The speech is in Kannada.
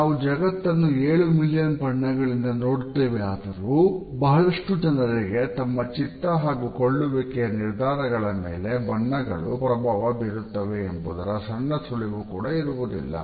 ನಾವು ಜಗತ್ತನ್ನು ಏಳು ಮಿಲಿಯನ್ ಬಣ್ಣಗಳಿಂದ ನೋಡುತ್ತೇವೆಯಾದರೂ ಬಹಳಷ್ಟು ಜನರಿಗೆ ತಮ್ಮ ಚಿತ್ತ ಹಾಗೂ ಕೊಳ್ಳುವಿಕೆಯ ನಿರ್ಧಾರಗಳ ಮೇಲೆ ಬಣ್ಣಗಳು ಪ್ರಭಾವ ಬೀರುತ್ತವೆ ಎಂಬುದರ ಸಣ್ಣ ಸುಳಿವು ಕೂಡ ಇರುವುದಿಲ್ಲ